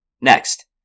next